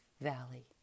Valley